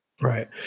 Right